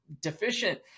deficient